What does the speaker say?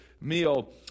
meal